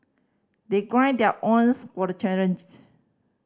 they their owns for the challenge